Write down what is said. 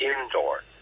indoor